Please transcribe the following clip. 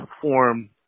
form